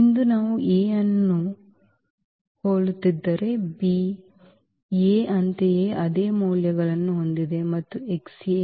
ಇಂದು ನಾವು A ಯನ್ನು ಹೋಲುತ್ತಿದ್ದರೆ B A ಯಂತೆಯೇ ಅದೇ ಮೌಲ್ಯಗಳನ್ನು ಹೊಂದಿದೆ ಮತ್ತು x A